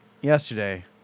yesterday